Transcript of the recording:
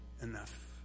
enough